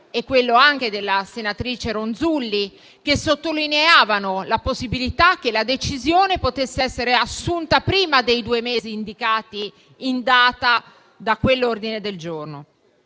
Romeo e della senatrice Ronzulli) che sottolineavano la possibilità che la decisione potesse essere assunta prima dei due mesi indicati nella data dell'ordine del giorno.